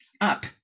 up